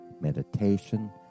meditation